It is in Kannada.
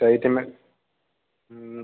ಸರಿ ತಿಮ್ಮೆ ಹ್ಞೂ